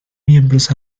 miembros